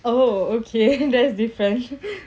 oh okay then that's different